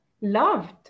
Loved